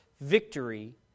victory